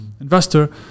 investor